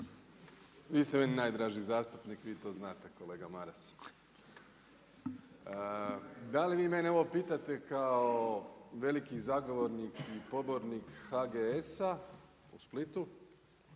Vi ste meni najdraži zastupnik, vi to znate kolega Maras. Da li vi mene ovo pitate kao veliki zagovornik i pobornik HGS-a u Splitu,